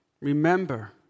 Remember